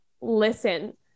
listen